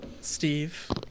Steve